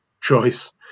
choice